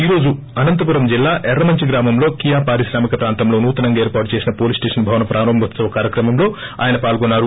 ఈ రోజు అనంతపురం జిల్లా ఎర్రమంచి గ్రామంలో కియా పారిశ్రామిక ప్రాంతంలో నూతనంగా ఏర్పాటు చేసిన పోలీస్ స్టషన్ భవన ప్రారంభోత్సవ కార్యక్రమంలో ఆయన పాల్గొన్నారు